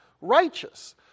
righteous